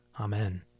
Amen